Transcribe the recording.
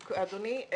אדוני,